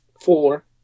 four